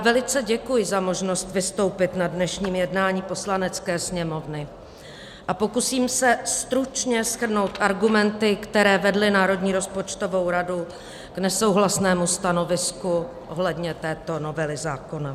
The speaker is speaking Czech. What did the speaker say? Velice děkuji za možnost vystoupit na dnešním jednání Poslanecké sněmovny a pokusím se stručně shrnout argumenty, které vedly Národní rozpočtovou radu k nesouhlasnému stanovisku ohledně této novely zákona.